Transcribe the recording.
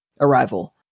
arrival